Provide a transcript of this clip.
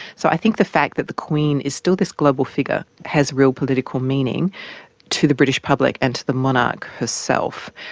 so i think the fact that the queen is still this global figure has real political meaning to the british public and to the monarch herself.